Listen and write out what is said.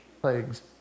plagues